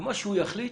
ומה שיחליט